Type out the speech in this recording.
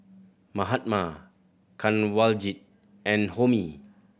Mahatma Kanwaljit and Homi